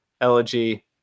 elegy